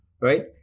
right